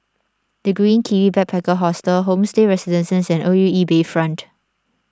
the Green Kiwi Backpacker Hostel Homestay Residences and O U E Bayfront